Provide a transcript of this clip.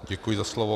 Děkuji za slovo.